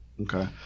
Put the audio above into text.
okay